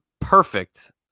perfect